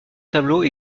tableaux